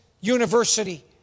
university